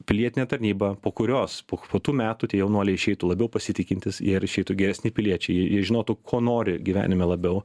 pilietinę tarnybą po kurios po kvotų metų tie jaunuoliai išeitų labiau pasitikintys ir išeitų geresni piliečiai jie žinotų ko nori gyvenime labiau